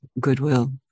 goodwill